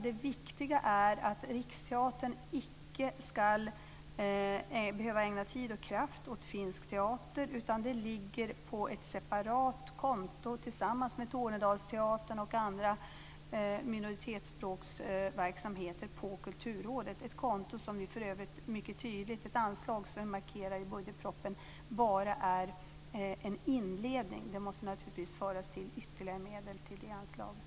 Det viktiga är att Riksteatern icke ska behöva ägna tid och kraft åt finsk teater, utan den ligger på ett separat konto tillsammans med Tornedalsteatern och andra minoritetsspråkverksamheter hos Kulturrådet. För övrigt markerar vi mycket tydligt i budgetpropositionen att detta bara är en inledning. Man måste naturligtvis tillföra ytterligare medel till det anslaget.